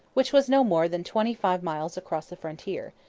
which was no more than twenty-five miles across the frontier,